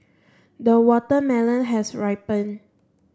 the watermelon has ripened